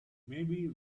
maybe